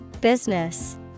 Business